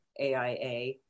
AIA